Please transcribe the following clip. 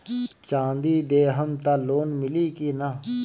चाँदी देहम त लोन मिली की ना?